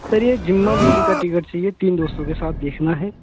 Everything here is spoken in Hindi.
सर यह ज़िम्मा मूवी का टिकट चाहिए तीन दोस्तों के साथ देखना है